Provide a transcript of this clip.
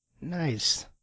Nice